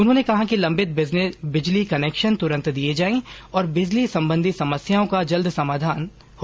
उन्होंने कहा कि लंबित बिजली कनेक्शन तुरंत दिये जाये और बिजली संबंधी समस्याओं का जल्द समाधान जल्द हो